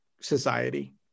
society